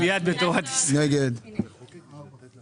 מי נמנע?